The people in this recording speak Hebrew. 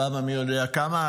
הפעם המי-יודע-כמה,